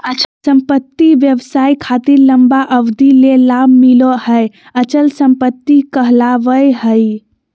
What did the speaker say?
संपत्ति व्यवसाय खातिर लंबा अवधि ले लाभ मिलो हय अचल संपत्ति कहलावय हय